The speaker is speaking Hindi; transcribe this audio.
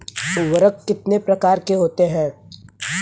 उर्वरक कितने प्रकार के होते हैं?